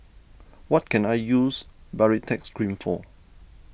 what can I use Baritex Cream for